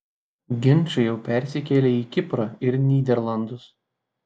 ginčai jau persikėlė į kiprą ir nyderlandus